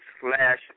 slash